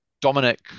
Dominic